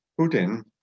Putin